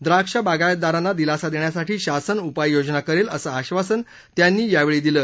द्राक्ष बागायतदारांना दिलासा देण्यासाठी शासन उपाययोजना करेल असं आश्वासन त्यांनी यावेळी दिलं